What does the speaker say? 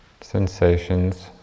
sensations